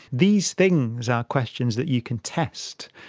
these things are questions that you can test.